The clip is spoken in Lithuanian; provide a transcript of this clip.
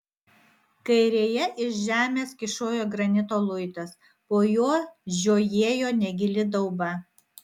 kairėje iš žemės kyšojo granito luitas po juo žiojėjo negili dauba